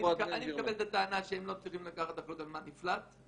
אני מקבל את הטענה שהם לא צריכים לקחת אחריות על מה נפלט.